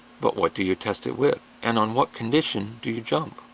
but what do you test it with and on what condition do you jump?